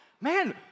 man